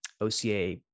OCA